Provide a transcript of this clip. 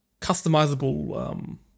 customizable